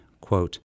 quote